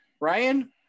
ryan